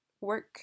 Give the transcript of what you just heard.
work